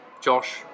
Josh